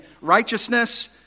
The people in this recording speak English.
righteousness